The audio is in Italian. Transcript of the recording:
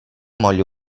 moglie